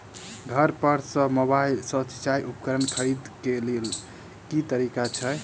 घर पर सऽ मोबाइल सऽ सिचाई उपकरण खरीदे केँ लेल केँ तरीका छैय?